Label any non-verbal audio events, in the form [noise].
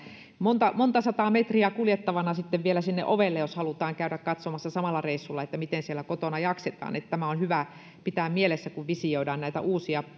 monta monta sataa metriä kuljettavana vielä sinne ovelle jos halutaan samalla reissulla käydä katsomassa miten siellä kotona jaksetaan tämä on hyvä pitää mielessä kun visioidaan näitä uusia [unintelligible]